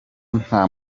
nta